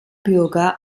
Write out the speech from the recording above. bürger